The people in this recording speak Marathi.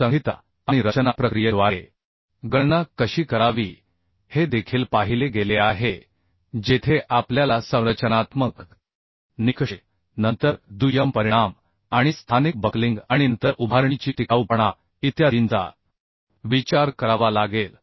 संहिता आणि रचना प्रक्रियेद्वारे गणना कशी करावी हे देखील पाहिले गेले आहे जेथे आपल्याला संरचनात्मक निकष नंतर दुय्यम परिणाम आणि स्थानिक बक्लिंग आणि नंतर उभारणीची टिकाऊपणा इत्यादींचा विचार करावा लागेल